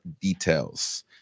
details